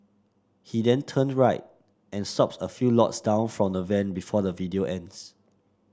he then turn right and stop a few lots down from the van before the video ends